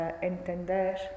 entender